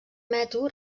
metro